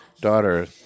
daughter